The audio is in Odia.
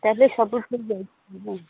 ତା'ହେଲେ ସବୁ ଠିକ୍ ଅଛି